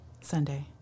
Sunday